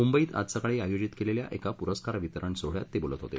मुंबईत आज सकाळी आयोजित केलेल्या एका पुरस्कार वितरण सोहळ्यात ते बोलत होते